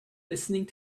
listening